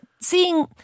seeing